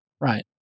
right